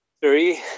Three